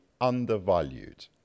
undervalued